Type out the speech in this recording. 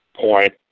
point